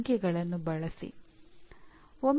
ಅವುಗಳನ್ನು ನೀವು ಸುಧಾರಿಸಬಹುದು